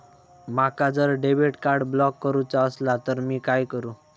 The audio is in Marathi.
माका जर डेबिट कार्ड ब्लॉक करूचा असला तर मी काय करू?